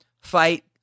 fight